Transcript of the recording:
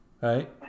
right